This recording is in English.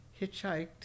hitchhiked